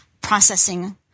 processing